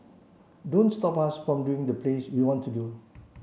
don't stop us from doing the plays we want to do